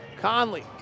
Conley